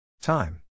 Time